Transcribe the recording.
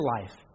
life